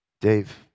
Dave